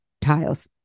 tiles